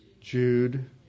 Jude